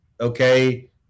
Okay